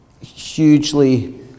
hugely